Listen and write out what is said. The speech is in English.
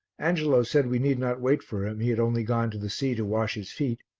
angelo said we need not wait for him, he had only gone to the sea to wash his feet.